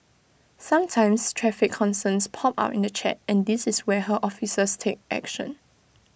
sometimes traffic concerns pop up in the chat and this is where her officers take action